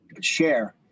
share